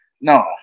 no